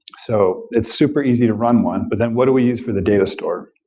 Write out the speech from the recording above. so it's super easy to run one, but then what do we use for the data store?